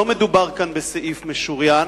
לא מדובר כאן בסעיף משוריין,